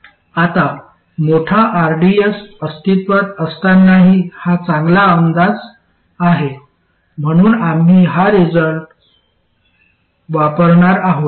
आता मोठा rds अस्तित्त्वात असतानाही हा चांगला अंदाज आहे म्हणून आम्ही हा रिझल्ट वापरणार आहोत